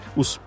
os